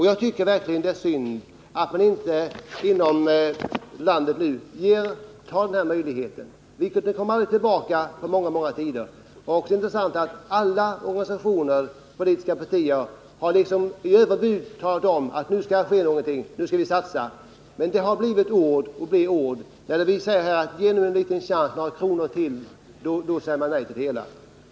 Jag tycker att det är synd att vi inte inom landet tar denna möjlighet till vara — den kommer kanske inte tillbaka på långa tider. Det är intressant att notera att alla organisationer och politiska partier har överbjudit varandra när de talat om att nu skall det ske någonting, nu skall vi satsa. Men det har blivit och blir ord. Men när vi säger att man skall ge dem en liten chans, ge några kronor — då säger majoriteten nej.